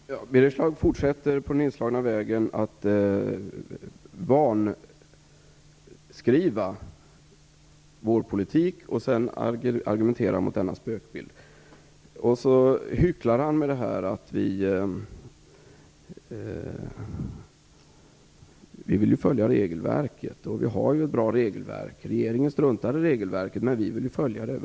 Herr talman! Birger Schlaug fortsätter på den inslagna vägen, vantolkar vår politik och argumenterar sedan mot denna spökbild. Han hycklar han med detta att vi vill följa regelverket och att vi har ett bra regelverk: Regeringen struntar i regelverket, men vi vill följa det.